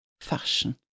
Fashion